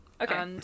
Okay